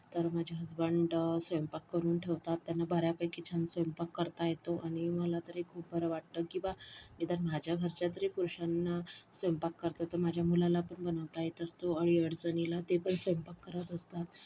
तर माझे हसबंड स्वयंपाक करून ठेवतात त्यांना बऱ्यापैकी छान स्वयंपाक करता येतो आणि मला तरी खूप बरं वाटतं की ब्वा निदान माझ्या घरच्या तरी पुरुषांना स्वयंपाक करता येतो माझ्या मुलाला पण बनवता येतं असतं अडीअडचणीला ते पण स्वयंपाक करत असतात